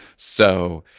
so,